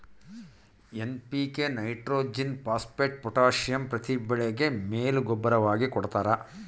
NPK nitrogen phosphate potassium ಪ್ರತಿ ಬೆಳೆಗೆ ಮೇಲು ಗೂಬ್ಬರವಾಗಿ ಕೊಡ್ತಾರ